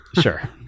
sure